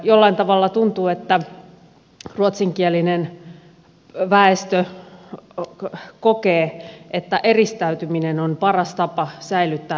jollain tavalla tuntuu että ruotsinkielinen väestö kokee että eristäytyminen on paras tapa säilyttää ruotsin kieli